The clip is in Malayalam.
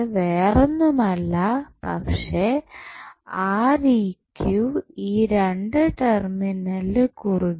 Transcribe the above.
വേറൊന്നുമല്ല പക്ഷേ ഈ രണ്ടു ടെർമിനലിന് കുറുകെ